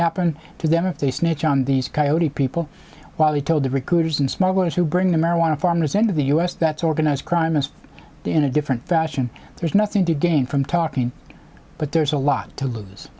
happen to them if they snitch on these coyote people while they told the recruiters and smugglers who bring the marijuana farmers end of the us that's organized crime and in a different fashion there's nothing to gain from talking but there's a lot to lose